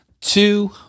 two